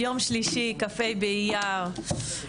יום שלישי, כ"ה באייר התשפ"ג.